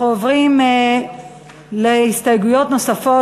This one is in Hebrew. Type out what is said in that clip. אנחנו עוברים להסתייגויות נוספות,